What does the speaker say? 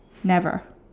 never